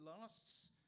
lasts